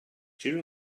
during